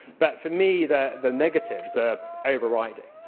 but, for me, the the negatives are overriding,